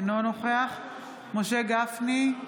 אינו נוכח משה גפני,